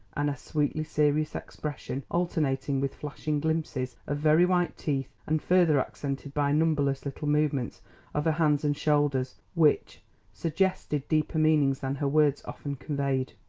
and a sweetly serious expression, alternating with flashing glimpses of very white teeth, and further accented by numberless little movements of her hands and shoulders which suggested deeper meanings than her words often conveyed.